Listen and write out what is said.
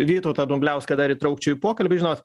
vytautą dumbliauską dar įtraukčiau į pokalbį žinot